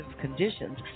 conditions